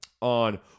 on